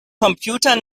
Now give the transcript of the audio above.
computer